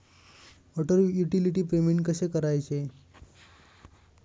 Water utility payment कसे करायचे?